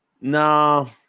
No